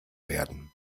werden